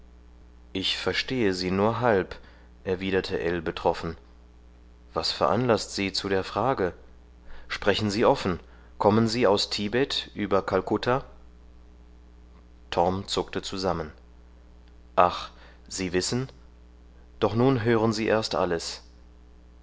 ich verstehe sie nur halb erwiderte ell betroffen was veranlaßt sie zu der frage sprechen sie offen kommen sie aus tibet über kalkutta torm zuckte zusammen ach sie wissen doch nun hören sie erst alles